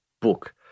book